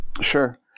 Sure